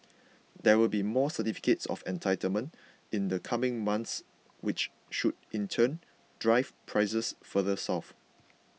there will be more certificates of entitlement in the coming month which should in turn drive prices further south